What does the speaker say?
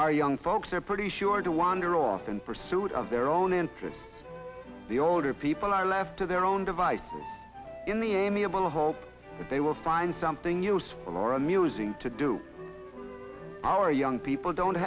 our young folks are pretty sure to wander off in pursuit of their own interests the older people are left to their own devices in the amiable hope that they will find something useful or amusing to do our young people don't